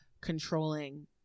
controlling